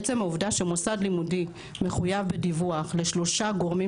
עצם העובדה שמוסד לימודי מחויב בדיווח לשלושה גורמים